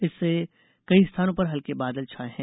इसे कई स्थानों पर हल्के बादल छाए हैं